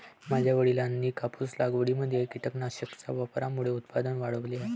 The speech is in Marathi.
माझ्या वडिलांनी कापूस लागवडीमध्ये कीटकनाशकांच्या वापरामुळे उत्पादन वाढवले आहे